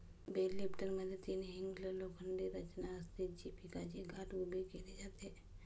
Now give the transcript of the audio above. bell लिफ्टरमध्ये तीन hinged लोखंडी रचना असते, जी पिकाची गाठ उभी केली जाते